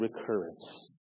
recurrence